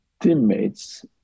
teammates